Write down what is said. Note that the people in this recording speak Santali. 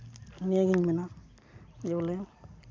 ᱱᱤᱭᱟᱹᱜᱤᱧ ᱢᱮᱱᱟ ᱡᱮ ᱵᱚᱞᱮ